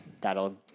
that'll